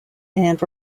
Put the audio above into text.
and